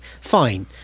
fine